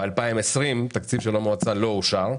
ב-2020 התקציב של המועצה לא אושר,